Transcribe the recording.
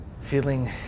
feeling